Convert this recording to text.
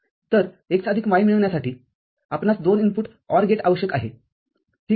तर x आदिक y मिळविण्यासाठीआपणास दोन इनपुट OR गेट आवश्यक आहेठीक आहे